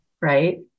right